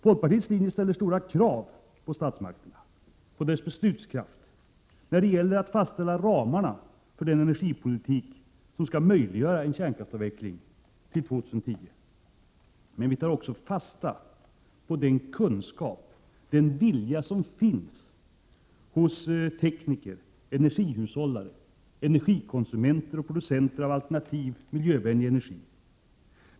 Folkpartiet ställer stora krav på statsmakternas beslutskraft när det gäller att fastställa ramarna för den energipolitik som skall möjliggöra en kärnkraftsavveckling till 2010. Men vi tar fasta på den kunskap och vilja som finns hos tekniker, energihushållare, energikonsumenter och producenter av alternativ, miljövänlig energi.